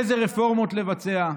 אילו רפורמות לבצע.